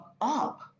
up